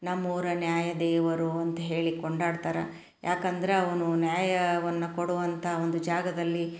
ನಮ್ಮೂರ ನ್ಯಾಯ ದೇವರು ಅಂತ ಹೇಳಿ ಕೊಂಡಾಡ್ತಾರೆ ಏಕಂದ್ರೆ ಅವನು ನ್ಯಾಯವನ್ನು ಕೊಡುವಂಥ ಒಂದು ಜಾಗದಲ್ಲಿ